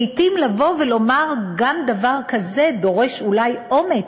לעתים לבוא ולומר גם דבר כזה דורש אולי אומץ,